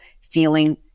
feeling